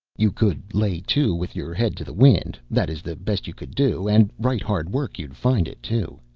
you could lay to, with your head to the wind that is the best you could do, and right hard work you'd find it, too.